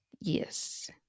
Yes